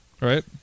Right